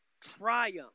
triumph